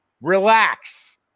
Relax